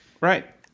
Right